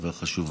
החשובה,